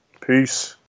Peace